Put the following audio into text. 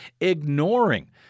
ignoring